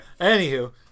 Anywho